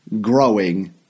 growing